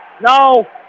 No